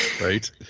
Right